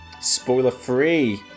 Spoiler-free